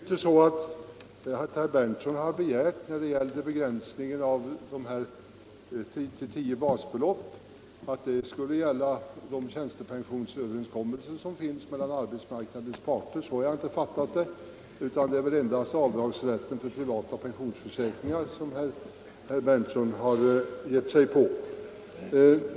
Herr talman! Den begränsning till tio basbelopp som herr Berndtson har begärt skulle väl inte gälla de tjänstepensionsöverenskommelser som träffats mellan arbetsmarknadens parter. Så har jag inte fattat det, utan det är väl endast avdragsrätten för privata pensionsförsäkringar som herr Berndtson har givit sig på.